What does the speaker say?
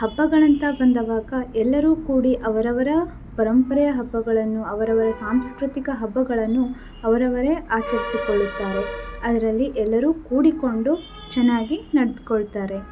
ಹಬ್ಬಗಳಂತ ಬಂದಾಗ ಎಲ್ಲರೂ ಕೂಡಿ ಅವರವರ ಪರಂಪರೆಯ ಹಬ್ಬಗಳನ್ನು ಅವರವರ ಸಾಂಸ್ಕೃತಿಕ ಹಬ್ಬಗಳನ್ನು ಅವರವರೇ ಆಚರಿಸಿಕೊಳ್ಳುತ್ತಾರೆ ಅದರಲ್ಲಿ ಎಲ್ಲರೂ ಕೂಡಿಕೊಂಡು ಚೆನ್ನಾಗಿ ನಡ್ದ್ಕೊಳ್ತಾರೆ